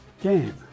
Game